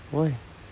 why